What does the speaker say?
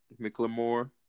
McLemore